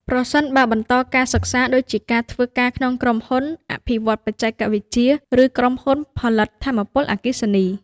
ប្រសិនបើបន្តការសិក្សាដូចជាធ្វើការក្នុងក្រុមហ៊ុនអភិវឌ្ឍន៍បច្ចេកវិទ្យា ឬក្រុមហ៊ុនផលិតថាមពលអគ្គិសនី។